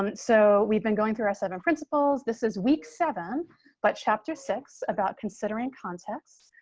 um so we've been going through seven principles. this is week seven but chapter six about considering context.